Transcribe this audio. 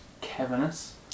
cavernous